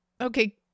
okay